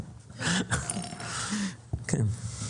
כן.